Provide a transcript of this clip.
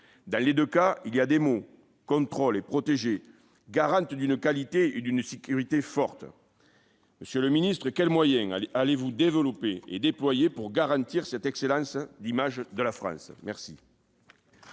Dans les deux cas, les mots « contrôlée » et « protégée » sont les garants d'une qualité et d'une sécurité fortes. Monsieur le ministre, quels moyens allez-vous développer et déployer pour garantir cette excellente image de la France ? La